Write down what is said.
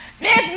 Miss